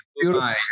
beautiful